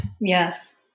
yes